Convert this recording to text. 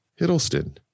Hiddleston